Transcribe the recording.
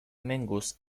mingus